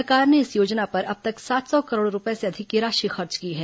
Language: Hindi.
सरकार ने इस योजना पर अब तक सात सौ करोड़ रुपए से अधिक की राशि खर्च की है